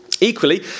Equally